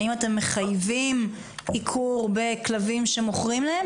האם אתם מחייבים עיקור בכלבים שמוכרים להם?